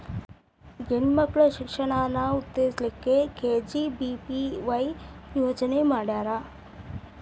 ಹೆಣ್ ಮಕ್ಳ ಶಿಕ್ಷಣಾನ ಉತ್ತೆಜಸ್ ಲಿಕ್ಕೆ ಕೆ.ಜಿ.ಬಿ.ವಿ.ವಾಯ್ ಯೋಜನೆ ಮಾಡ್ಯಾರ್